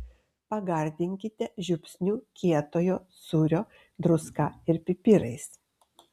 pagardinkite žiupsniu kietojo sūrio druska ir pipirais